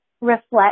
reflect